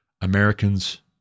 Americans